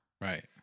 Right